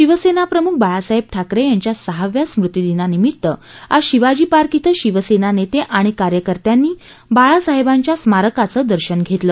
शिवसेनाप्रमुख बाळासाहेब ठाकरे यांच्या सहाव्या स्मृतिदिनानिमित्त आज शिवाजीपार्क इथं शिवसेना नेते आणि कार्यकर्त्यांनी बाळासाहेबांच्या स्मारकाचं दर्शन घेतलं